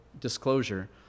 disclosure